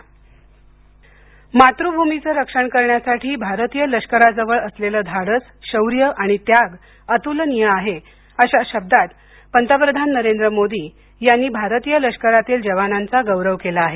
पंतप्रधान मातृभूमीचे रक्षण करण्यासाठी भारतीय लष्कराजवळ असलेले धाडस शौर्य आणि त्याग अतुलनीय आहे अशा शब्दात पंतप्रधान नरेंद्र मोदी यांनी भारतीय लष्करातील जवानांचा गौरव केला आहे